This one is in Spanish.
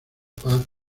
paz